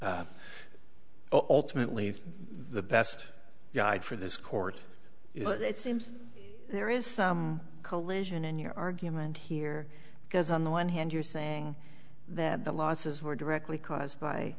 alternately the best guide for this court it seems there is some collision in your argument here because on the one hand you're saying that the losses were directly caused by